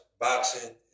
boxing